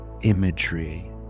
imagery